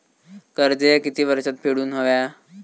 कर्ज ह्या किती वर्षात फेडून हव्या?